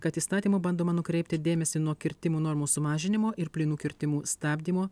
kad įstatymu bandoma nukreipti dėmesį nuo kirtimų normos sumažinimo ir plynų kirtimų stabdymo